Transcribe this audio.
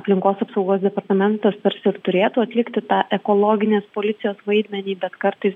aplinkos apsaugos departamentas tarsi ir turėtų atlikti tą ekologinės policijos vaidmenį bet kartais